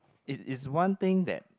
it is one thing that